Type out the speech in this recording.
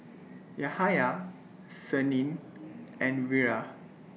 Yahaya Senin and Wira